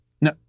No